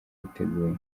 yiteguye